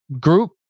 group